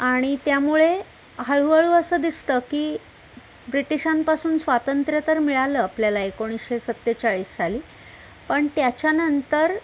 आणि त्यामुळे हळूहळू असं दिसतं की ब्रिटिशांपासून स्वातंत्र्य तर मिळालं आपल्याला एकोणीशे सत्तेचाळीस साली पण त्याच्यानंतर